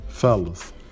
Fellas